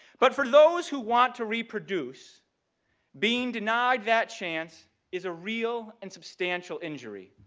but for those who want to reproduce being denied that chance is a real and substantial injury.